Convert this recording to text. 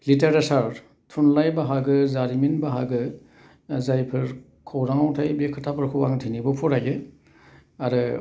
literature थुनलाइ बाहागो जारिमिन बाहागो जायफोर खौराङा थायो बे खोथाफोरखौ आं दिनैबो फरायो आरो